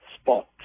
spot